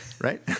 right